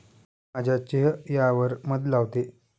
मी माझ्या चेह यावर मध लावते